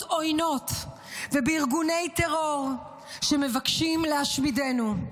עוינות ובארגוני טרור שמבקשים להשמידנו.